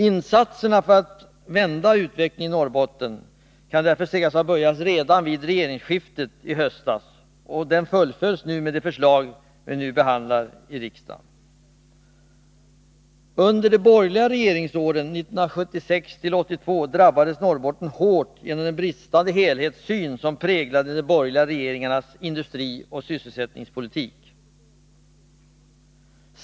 Insatserna för att vända utvecklingen i Norrbotten kan därför sägas ha börjat redan vid regeringsskiftet i höstas, och den fullföljs nu med de förslag vi i dag behandlar i riksdagen. Under de borgerliga regeringsåren 1976-1982 drabbades Norrbotten hårt genom den bristande helhetssyn som präglade de borgerliga regeringarnas industrioch sysselsättningspolitik.